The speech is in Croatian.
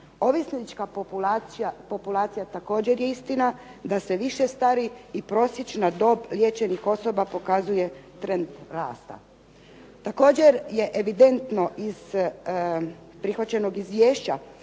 Ovisnička populacija također je istina da se više stari i prosječna dob liječenih osoba pokazuje trend rasta. Također je evidentno iz prihvaćenog izvješća